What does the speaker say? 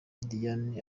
diane